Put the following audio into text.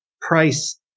price